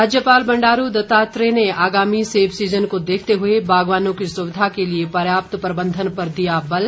राज्यपाल बंडारू दत्तात्रेय ने आगामी सेब सीज़न को देखते हुए बागवानों की सुविधा के लिए पर्याप्त प्रबंधन पर दिया बल